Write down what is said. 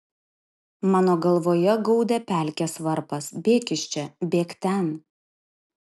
mano galvoje gaudė pelkės varpas bėk iš čia bėk ten